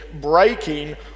breaking